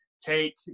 take